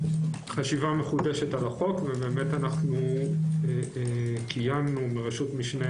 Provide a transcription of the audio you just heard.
מחשיבה מחודשת על החוק ובאמת קיימנו בראשות המשנה